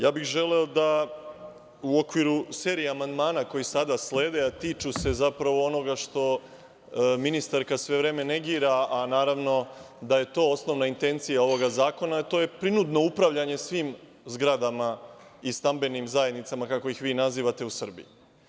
Ja bih želeo da u okviru serije amandmana koji sada slede, a tiču se zapravo onoga što ministarka sve vreme negira, a naravno da je to osnovna intencija ovog zakona, a to je prinudno upravljanje svim zgradama i stambenim zajednicama, kako ih vi nazivate, u Srbiji.